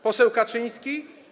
Poseł Kaczyński?